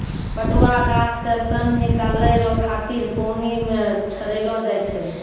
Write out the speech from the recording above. पटुआ गाछ से सन निकालै रो खातिर पानी मे छड़ैलो जाय छै